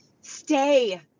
stay